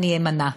אני אמנע.